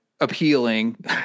appealing